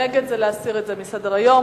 נגד זה להסיר מסדר-היום.